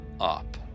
up